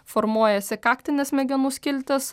formuojasi kaktinės smegenų skiltys